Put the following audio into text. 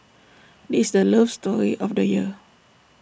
this is the love story of the year